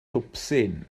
twpsyn